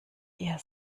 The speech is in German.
ihr